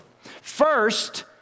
First